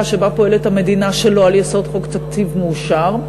שבה פועלת המדינה שלא על יסוד חוק תקציב מאושר,